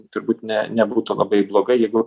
turbūt ne nebūtų labai blogai jeigu